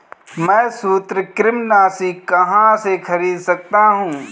मैं सूत्रकृमिनाशी कहाँ से खरीद सकता हूँ?